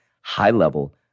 high-level